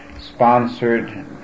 sponsored